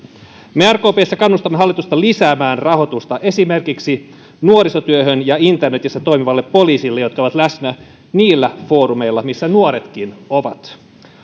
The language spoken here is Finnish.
me rkpssa kannustamme hallitusta lisäämään rahoitusta esimerkiksi nuorisotyöhön ja internetissä toimivalle poliisille jotka ovat läsnä niillä foorumeilla missä nuoretkin ovat